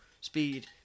speed